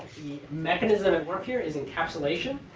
the mechanism at work here is encapsulation.